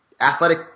athletic